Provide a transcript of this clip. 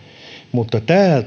mutta